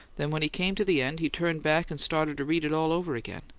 then, when he came to the end, he turned back and started to read it all over again.